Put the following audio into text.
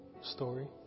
Story